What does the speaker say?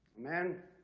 men,